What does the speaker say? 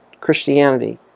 Christianity